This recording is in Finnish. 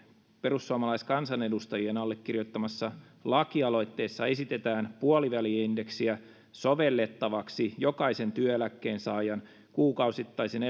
perussuomalaiskansanedustajien allekirjoittamassa lakialoitteessa esitetään puoliväli indeksiä sovellettavaksi jokaisen työeläkkeensaajan kuukausittaisen